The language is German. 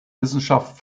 wissenschaft